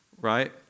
right